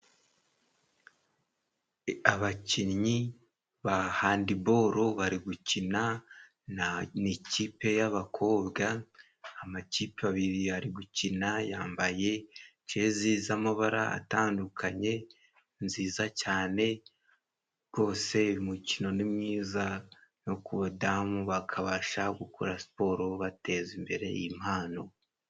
Abakinnyi ba handiboro bari gukina na n'ikipe y'abakobwa, amakipe abiri ari gukina yambaye jeze z'amabara atandukanye nziza cyane rwose. Uyu mukino ni mwiza no ku badamu bakabasha gukora siporo bateza imbere impano.